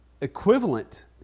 equivalent